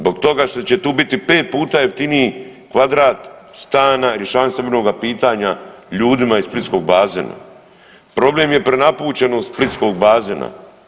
Zbog toga što će tu biti 5 puta jeftiniji kvadrat stana i rješavanje stambenoga pitanja ljudima iz splitskog bazena, problem je prenapučenost splitskog bazena.